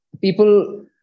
people